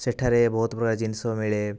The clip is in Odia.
ସେଠାରେ ବହୁତ ପ୍ରକାର ଜିନିଷ ମିଳେ